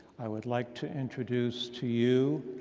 i would like to introduce to you